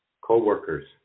co-workers